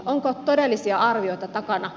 onko todellisia arvioita takana